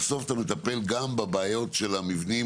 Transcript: בסוף אתה מטפל גם בבעיות של המבנים